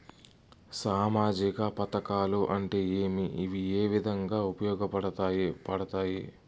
సామాజిక పథకాలు అంటే ఏమి? ఇవి ఏ విధంగా ఉపయోగపడతాయి పడతాయి?